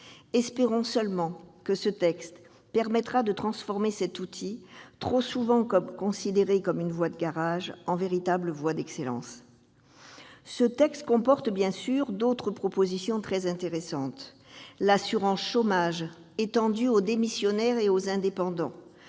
Espérons seulement que ce texte permette de transformer cet outil, trop souvent considéré comme une voie de garage, en véritable voie d'excellence ! Ce texte comporte, bien sûr, d'autres dispositions très intéressantes, comme l'assurance chômage étendue aux démissionnaires et aux indépendants,